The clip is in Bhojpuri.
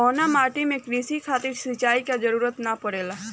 कउना माटी में क़ृषि खातिर सिंचाई क जरूरत ना पड़ेला?